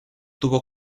tuvo